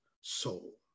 soul